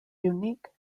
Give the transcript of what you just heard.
unique